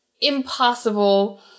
impossible